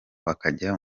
bakajya